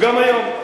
גם היום.